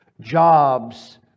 jobs